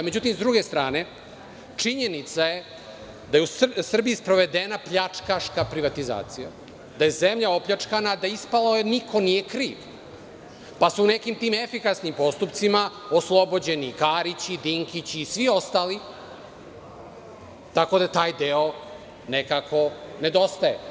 Međutim, s druge strane činjenica je da je u Srbiji sprovedena pljačkaška privatizacija, da je zemlja opljačkana, da je ispalo niko nije kriv, pa su nekim tim efikasnim postupcima oslobođeni i Karić, i Dinkić, i svi ostali, tako da taj deo nekako nedostaje.